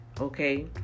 okay